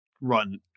run